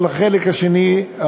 אבל החלק השני,